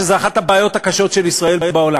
שזו אחת הבעיות הקשות של ישראל בעולם.